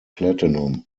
platinum